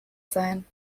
sein